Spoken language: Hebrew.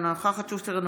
נוכחת יפעת שאשא ביטון,